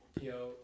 Yo